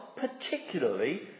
particularly